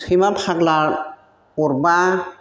सैमा फाग्ला अरब्ला